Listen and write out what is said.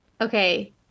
Okay